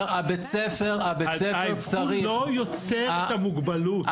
אבחון לא יוצר את המוגבלות.